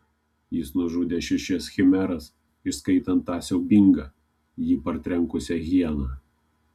jis nužudė šešias chimeras įskaitant tą siaubingą jį partrenkusią hieną